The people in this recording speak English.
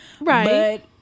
Right